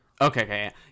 okay